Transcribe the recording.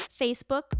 Facebook